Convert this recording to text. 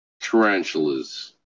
tarantulas